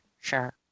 sure